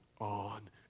on